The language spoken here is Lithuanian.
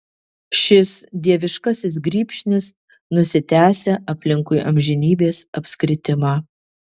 šis dieviškasis grybšnis nusitęsia aplinkui amžinybės apskritimą